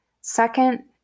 Second